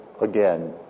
again